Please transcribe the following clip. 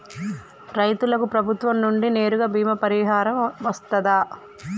రైతులకు ప్రభుత్వం నుండి నేరుగా బీమా పరిహారం వత్తదా?